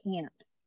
camps